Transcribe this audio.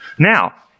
Now